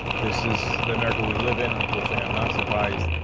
this is the america we live in, unfortunately i am not surprised,